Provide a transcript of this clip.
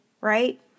right